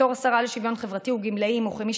בתור השרה לשוויון חברתי וגמלאים וכמי